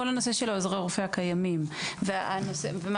כל הנושא של עוזרי רופא הקיימים וכל מה